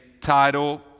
title